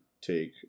take